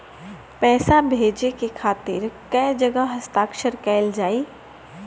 पैसा भेजे के खातिर कै जगह हस्ताक्षर कैइल जाला?